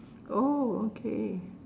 oh okay